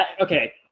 okay